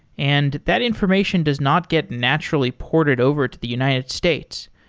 and that information does not get naturally ported over to the united states.